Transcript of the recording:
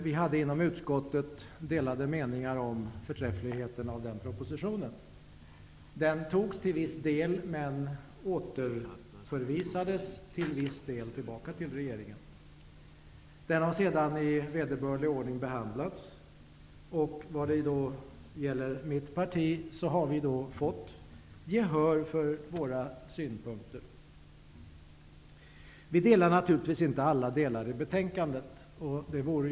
Vi hade inom utskottet delade meningar om förträffligheten i propositionen. Den tillstyrktes till viss del. Till viss del förvisas den tillbaka till regeringen. Den har sedan i vederbörlig ordning behandlats, och vad gäller mitt parti har vi fått gehör för våra synpunkter. Vi gillar naturligtvis inte betänkandet till alla delar.